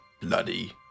bloody